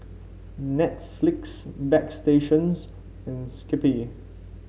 Netflix Bagstationz and Skippy